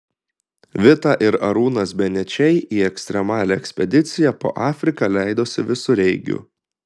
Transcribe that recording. vita ir arūnas benečiai į ekstremalią ekspediciją po afriką leidosi visureigiu